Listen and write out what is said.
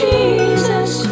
Jesus